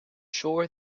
sure